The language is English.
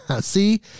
See